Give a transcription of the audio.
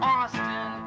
Austin